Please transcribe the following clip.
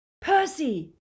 Percy